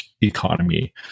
economy